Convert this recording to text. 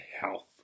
health